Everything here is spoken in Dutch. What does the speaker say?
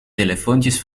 telefoontjes